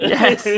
Yes